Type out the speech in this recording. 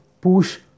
push